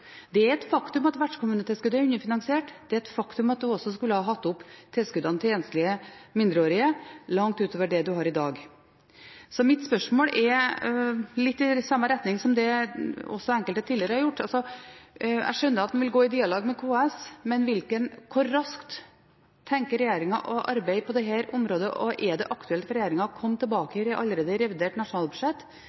mindreårige langt utover det de er i dag. Så mitt spørsmål går litt i samme retning som enkelte tidligere: Jeg skjønner at man vil gå i dialog med KS, men hvor raskt tenker regjeringen å arbeide på dette området? Er det aktuelt for regjeringen å komme tilbake allerede i revidert nasjonalbudsjett